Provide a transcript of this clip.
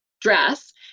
dress